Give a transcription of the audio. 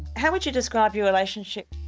how would you describe your relationship?